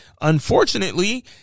Unfortunately